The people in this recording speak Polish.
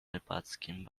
rybackim